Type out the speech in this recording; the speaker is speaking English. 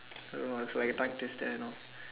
I don't know lah it's like tongue twister and all